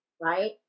Right